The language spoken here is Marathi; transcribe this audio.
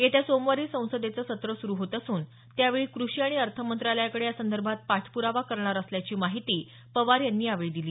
येत्या सोमवारी संसदेचं सत्र सुरू होत असून त्यावेळी कृषी आणि अर्थमंत्रालयाकडे या संदर्भात पाठप्रावा करणार असल्याची माहिती पवार यांनी यावेळी दिली